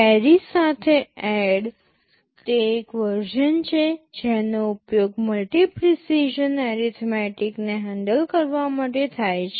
કેરી સાથે એડ તે એક વર્ઝન છે જેનો ઉપયોગ મલ્ટિ પ્રીસિઝન એરિથમેટીક ને હેન્ડલ કરવા માટે થાય છે